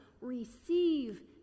receive